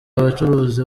abacuruzi